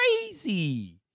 Crazy